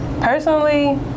personally